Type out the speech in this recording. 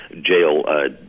jail